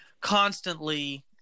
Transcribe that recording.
constantly